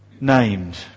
named